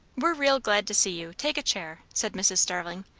we're real glad to see you. take a chair, said mrs. starling,